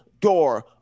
door